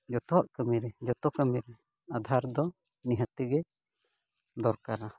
ᱡᱚᱛᱚᱣᱟᱜ ᱠᱟᱹᱢᱤ ᱨᱮ ᱡᱚᱛᱚ ᱠᱟᱹᱢᱤ ᱨᱮ ᱟᱫᱷᱟᱨ ᱫᱚ ᱱᱤᱦᱟᱹᱛ ᱜᱮ ᱫᱚᱨᱠᱟᱨᱟ